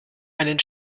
einen